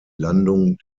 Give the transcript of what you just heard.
landung